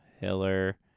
Hiller